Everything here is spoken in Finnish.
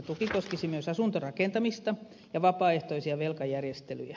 tuki koskisi myös asuntorakentamista ja vapaaehtoisia velkajärjestelyjä